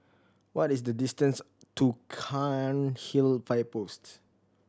what is the distance to Cairnhill Fire Post